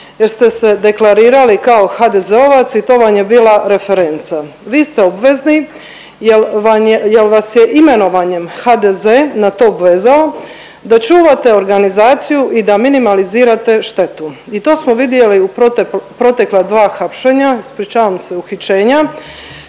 jer ste se deklarirali kao HDZ-ovac i to vam je bila referenca. Vi ste obveznik jer vas je imenovanjem HDZ na to obvezao da čuvate organizaciju i da minimalizirate štetu i to smo vidjeli u protekla dva hapšenja, ispričavam se uhićenja